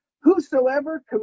whosoever